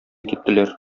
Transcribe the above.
киттеләр